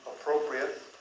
appropriate